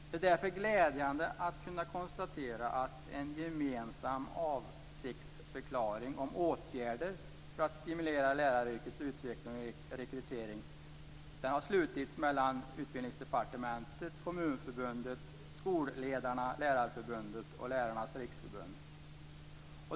Det är därför glädjande att kunna konstatera att en gemensam avsiktsförklaring om åtgärder för att stimulera läraryrkets utveckling och rekrytering har slutits mellan Utbildningsdepartementet, Kommunförbundet, Skolledarna, Lärarförbundet och Lärarnas Riksförbund.